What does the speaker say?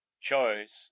choice